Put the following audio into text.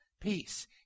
peace